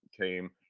came